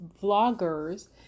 vloggers